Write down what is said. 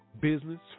business